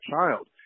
child